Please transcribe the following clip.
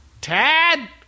Tad